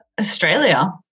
australia